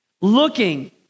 looking